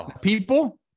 People